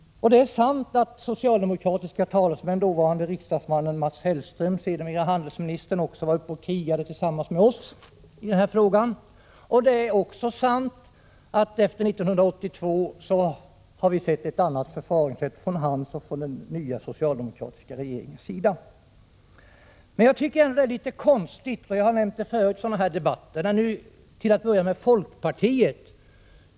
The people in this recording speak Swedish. Det är riktigt att socialdemokratiska talesmän, bl.a. dåvarande riksdagsmannen och sedermera handelsministern 89 Mats Hellström, var uppe och krigade i den här frågan tillsammans med oss. Det är också riktigt att vi efter 1982 har sett ett annat förfaringssätt från Mats Hellströms och från den nuvarande socialdemokratiska regeringens sida. Men jag tycker ändå att det agerande man nu kan konstatera från till att börja med folkpartiets sida är litet konstigt.